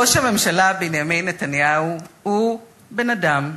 ראש הממשלה בנימין נתניהו הוא בן-אדם אידיאולוגי.